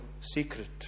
secret